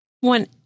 One